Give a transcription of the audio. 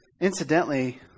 incidentally